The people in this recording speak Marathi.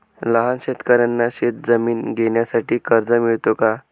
लहान शेतकऱ्यांना शेतजमीन घेण्यासाठी कर्ज मिळतो का?